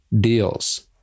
deals